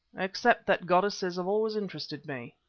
except that goddesses have always interested me.